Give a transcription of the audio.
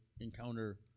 encounter